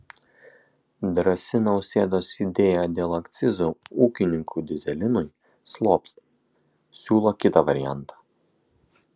drąsi nausėdos idėja dėl akcizų ūkininkų dyzelinui slopsta siūlo kitą variantą